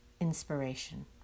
Inspiration